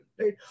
right